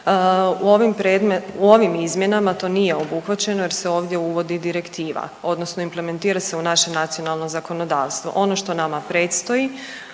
U ovim izmjenama to nije obuhvaćeno jer se ovdje uvodi direktiva odnosno implementira se u naše nacionalno zakonodavstvo. Ono što nama predstoji